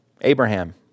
Abraham